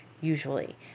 usually